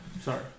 Sorry